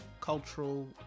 cultural